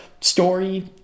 story